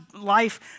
life